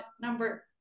number